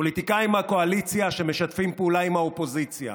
פוליטיקאים מהקואליציה שמשתפים פעולה עם האופוזיציה